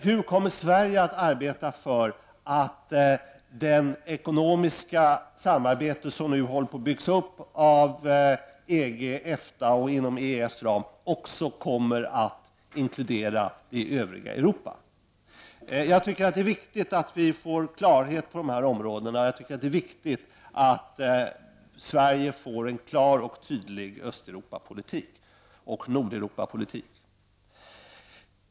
Hur kommer Sverige att arbeta för att det ekonomiska samarbete som nu håller på att byggas upp av EG, EFTA och inom EES ram också kommer att inkludera det övriga Europa? Jag tycker det är viktigt att vi får klara besked på dessa områden liksom det är viktigt att Sverige för en klar och tydlig Östeuropa och Nordeuropapolitik.